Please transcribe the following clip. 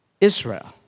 Israel